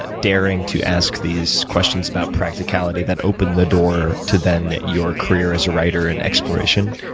ah daring to ask these questions about practicality, that opened the door to then your career as a writer and exploration